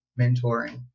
mentoring